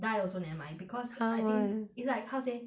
die also never mind because I think !huh! why it's like how say